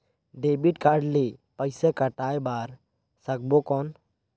Debit card ले पइसा पटाय बार सकबो कौन?